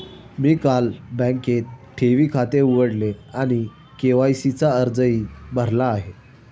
मी काल बँकेत ठेवी खाते उघडले आणि के.वाय.सी चा अर्जही भरला आहे